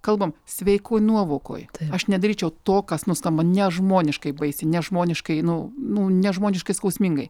kalbam sveikoj nuovokoj aš nedaryčiau to kas nu skamba nežmoniškai baisiai nežmoniškai nu nu nežmoniškai skausmingai